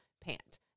pant